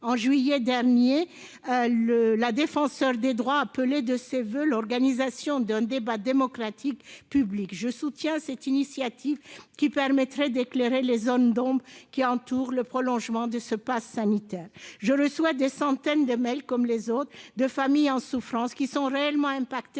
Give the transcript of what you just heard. En juillet dernier, la Défenseure des droits a appelé de ses voeux l'organisation d'un débat démocratique public. Je soutiens cette initiative qui permettrait d'éclairer les zones d'ombre entourant la prorogation de ce passe sanitaire. Je reçois, comme mes collègues, des centaines de courriels de familles en souffrance, qui sont réellement touchées